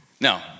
Now